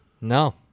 No